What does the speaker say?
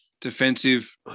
defensive